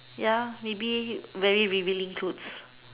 ya maybe very revealing clothes